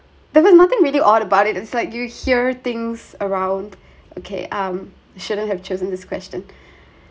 there was nothing really odd about it is like you hear things around okay um you shouldn't have chosen this question